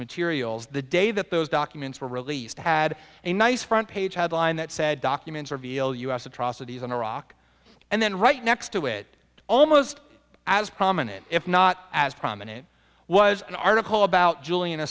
materials the day that those documents were released had a nice front page headline that said documents reveal u s atrocities in iraq and then right next to it almost as prominent if not as prominent was an article about julian a